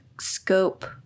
scope